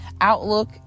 outlook